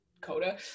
Coda